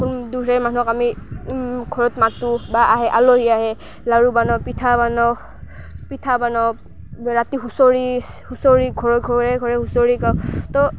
কোন দূৰহেৰ মানুহক আমি ঘৰত মাতোঁ বা আহে আলহী আহে লাড়ু বানাওঁ পিঠা বানাওঁ পিঠা বানাওঁ ৰাতি হুঁচৰি হুঁচৰি ঘৰে ঘৰে ঘৰে হুঁচৰি গাওঁ ত'